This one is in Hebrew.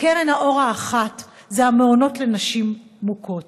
וקרן האור האחת היא המעונות לנשים מוכות.